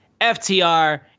FTR